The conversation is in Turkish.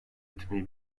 etmeyi